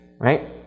Right